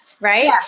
right